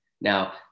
now